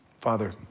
Father